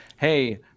hey